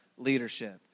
leadership